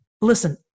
Listen